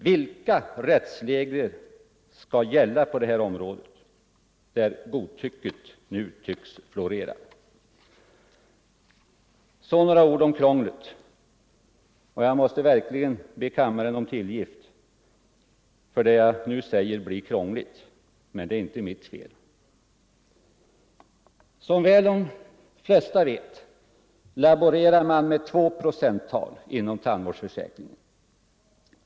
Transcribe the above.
Vilka rätts — etableringsstoppet regler skall gälla på det här området, där godtycket nu tycks florera? = för tandläkare, Så några ord om krånglet — och jag måste verkligen be kammaren = m.m. om tillgift för att det jag nu säger blir krångligt, men det är inte mitt fel. Som väl de flesta vet laborerar man med två procenttal inom tandvårdsförsäkringen.